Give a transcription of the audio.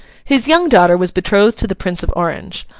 his young daughter was betrothed to the prince of orange.